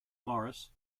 morris